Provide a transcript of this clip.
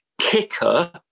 kicker